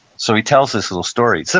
so he tells this little story. so